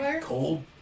cold